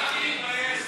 צחי, צחי מתבייש.